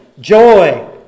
joy